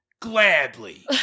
Gladly